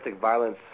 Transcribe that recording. violence